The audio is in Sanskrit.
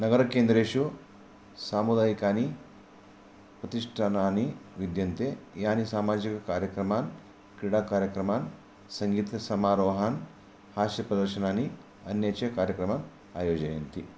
नगरकेन्द्रेषु सामुदायिकानि प्रतिष्ठानानि विद्यन्ते यानि सामाजिककार्यक्रमः क्रीडाकार्यक्रमः सङ्गीतसमारोहान् हास्यप्रदर्शनानि अन्ये च कार्यक्रमाः आयोजयन्ति